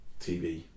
TV